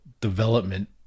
development